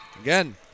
Again